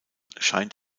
scheint